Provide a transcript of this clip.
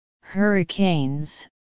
Hurricanes